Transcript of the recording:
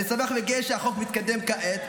אני שמח וגאה שהחוק מתקדם כעת,